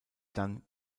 dann